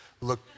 look